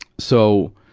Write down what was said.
so,